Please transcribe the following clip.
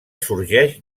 sorgeix